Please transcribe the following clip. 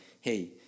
Hey